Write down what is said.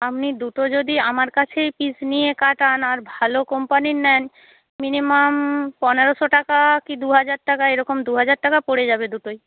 আপনি দুটো যদি আমার কাছেই পিস নিয়ে কাটান আর ভালো কোম্পানির নেন মিনিমাম পনেরোশো টাকা কি দুহাজার টাকা এরকম দুহাজার টাকা পড়ে যাবে দুটোয়